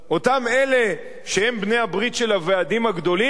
אותם אלה שהם בעלי-הברית של הוועדים הגדולים,